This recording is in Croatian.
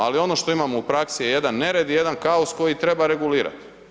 Ali ono što imamo u praksi je jedan nered i jedan kaos koji treba regulirati.